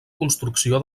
construcció